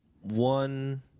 one